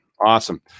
awesome